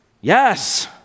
Yes